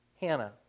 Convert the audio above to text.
Hannah